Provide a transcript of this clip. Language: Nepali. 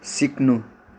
सिक्नु